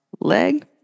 leg